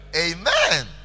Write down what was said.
Amen